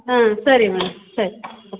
ಹಾಂ ಸರಿ ಮೇಡಮ್ ಸರಿ ಓಕೆ